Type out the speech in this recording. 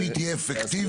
אם היא תהיה אפקטיבית,